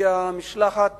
כשהגיעה המשלחת